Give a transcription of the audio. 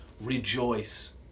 rejoice